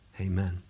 amen